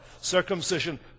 Circumcision